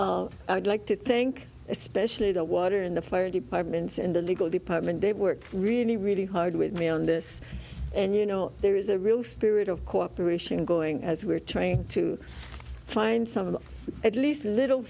you i'd like to think especially the water in the fire departments in the legal department they work really really hard with me on this and you know there is a real spirit of cooperation going as we're trying to find some of at least a little